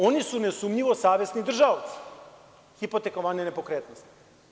Oni su nesumnjivo savesni držaoci hipotekovane nepokretnosti.